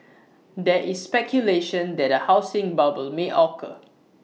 there is speculation that A housing bubble may occur